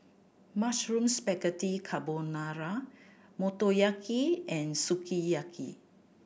Mushroom Spaghetti Carbonara Motoyaki and Sukiyaki